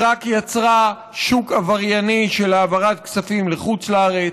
היא רק יצרה שוק עברייני של העברת כספים לחוץ-לארץ.